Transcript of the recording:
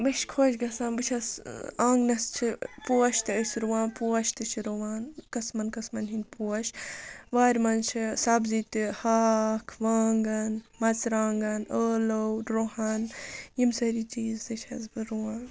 مےٚ چھِ خۄش گژھان بہٕ چھَس آنٛگنَس چھِ پوش تہِ أسۍ رُوان پوش تہِ چھِ رُوان قٕسمَن قٕسمَن ہِنٛدۍ پوش وارِ منٛز چھِ سبزی تہِ ہاکھ وانٛگَن مژٕرٛوانٛگَن ٲلوٕ رُہَن یِم سٲری چیٖز تہِ چھَس بہٕ رُوان